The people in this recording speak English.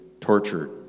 tortured